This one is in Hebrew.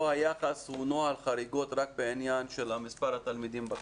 היחס הוא נוהל חריגות רק בעניין של מספר התלמידים בכיתה.